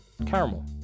Caramel